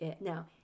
now